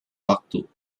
waktu